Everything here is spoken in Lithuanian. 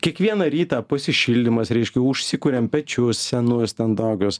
kiekvieną rytą pasišildymas reiškia užsikuriam pečius senus ten tokius